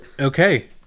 Okay